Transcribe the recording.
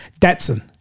Datsun